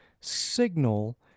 signal